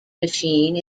machine